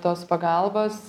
tos pagalbos